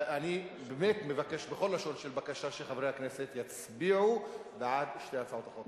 אני באמת מבקש בכל לשון של בקשה שחברי הכנסת יצביעו בעד שתי הצעות החוק.